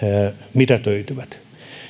mitätöityvät